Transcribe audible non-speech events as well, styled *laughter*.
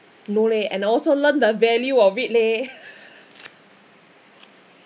no leh and also learn the value of it leh *laughs*